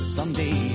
Someday